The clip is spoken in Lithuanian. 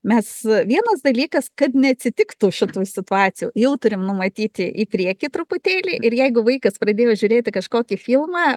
mes vienas dalykas kad neatsitiktų šitų situacijų jau turim numatyti į priekį truputėlį ir jeigu vaikas pradėjo žiūrėti kažkokį filmą